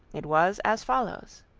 it was as follows